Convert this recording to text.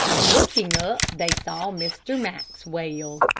and looking up they saw mr. maxwell.